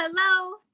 hello